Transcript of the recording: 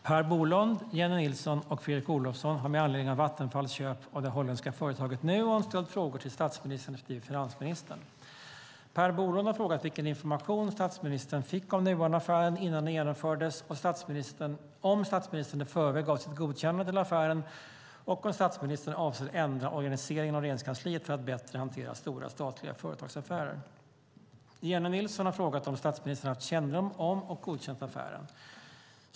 Herr talman! Per Bolund, Jennie Nilsson och Fredrik Olovsson har med anledning av Vattenfalls köp av det holländska företaget Nuon ställt frågor till statsministern respektive finansministern. Per Bolund har frågat vilken information statsministern fick om Nuonaffären innan den genomfördes, om statsministern i förväg gav sitt godkännande till affären och om statsministern avser att ändra organiseringen av Regeringskansliet för att bättre hantera stora statliga företagsaffärer. Jennie Nilsson har frågat om statsministern haft kännedom om och godkänt affären.